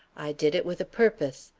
i did it with a purpose.